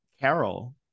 carol